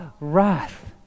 wrath